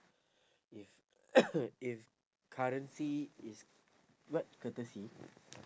if if currency is what courtesy